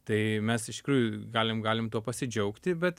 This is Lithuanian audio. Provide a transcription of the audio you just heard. tai mes iš tikrųjų galim galim tuo pasidžiaugti bet